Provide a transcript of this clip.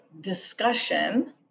discussion